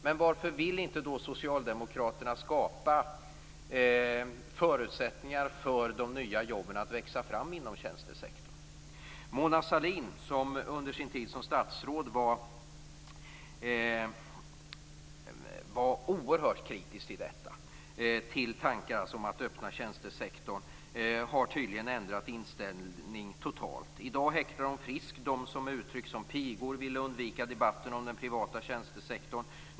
Men varför vill socialdemokraterna då inte skapa förutsättningar för att de nya jobben skall kunna växa fram inom tjänstesektorn? Mona Sahlin var under sin tid som statsråd oerhört kritisk till tankar om att öppna tjänstesektorn. Hon har tydligen ändrat inställning totalt. I dag häcklar hon friskt dem som med uttryck som pigor vill undvika debatten om den privata tjänstesektorn.